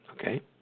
Okay